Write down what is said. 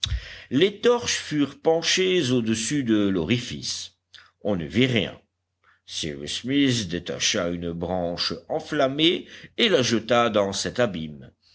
les torches furent penchées au-dessus de l'orifice on ne vit rien cyrus smith détacha une branche enflammée et la jeta dans cet abîme